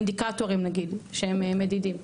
האינדיקטורים שהם מדידים.